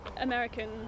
American